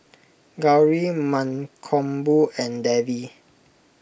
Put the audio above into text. Gauri Mankombu and Devi